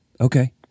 Okay